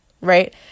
right